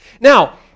Now